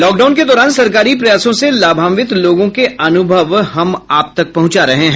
lockdown के दौरान सरकारी प्रयासों से लाभान्वित लोगों के अनुभव हम आप तक पहुंचा रहे हैं